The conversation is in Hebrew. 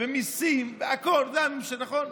מיסים והכול, זה היה הממשל, נכון.